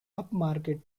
upmarket